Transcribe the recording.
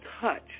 touch